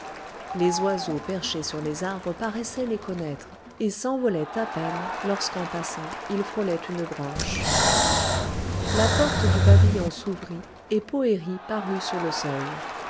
les oiseaux perchés sur les arbres paraissaient les connaître et s'envolaient à peine lorsqu'en passant ils frôlaient une branche la porte du pavillon s'ouvrit et poëri parut sur le seuil